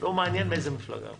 לא מעניין מאיזו מפלגה הוא.